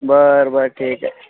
बर बर ठीक आहे